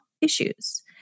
issues